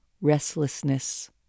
restlessness